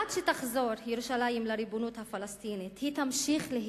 עד שתחזור ירושלים לריבונות הפלסטינית היא תמשיך להיות